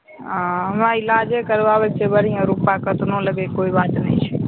हॅं हमरा इलाजे करबाबैके छै बढ़िआँ रुपा कतनो लगै कोइ बात नहि छै